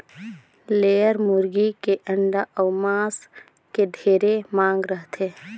layer मुरगी के अंडा अउ मांस के ढेरे मांग रहथे